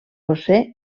josé